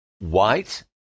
white